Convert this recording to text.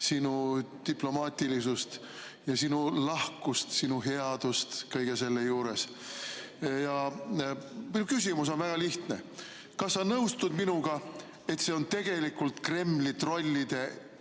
sinu diplomaatilisust ja sinu lahkust, sinu headust kõige selle juures. Minu küsimus on väga lihtne. Kas sa nõustud minuga, et see on tegelikult Kremli trollide eelnõu,